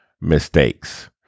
mistakes